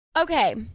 okay